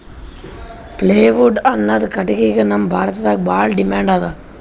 plywood ಅನ್ನದ್ ಕಟ್ಟಗಿಗ್ ನಮ್ ಭಾರತದಾಗ್ ಭಾಳ್ ಡಿಮ್ಯಾಂಡ್ ಅದಾ